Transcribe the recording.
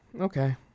Okay